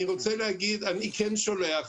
אני רוצה להגיד, אני כן שולח